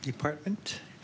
department